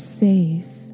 safe